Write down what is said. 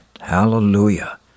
hallelujah